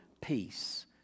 peace